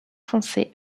foncé